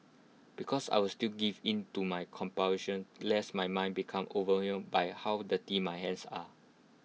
because I would still give in to my compulsions lest my mind becomes overwhelmed by how dirty my hands are